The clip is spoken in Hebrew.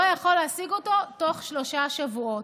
יכול להשיג אותו בתוך שלושה שבועות.